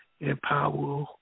empower